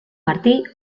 martí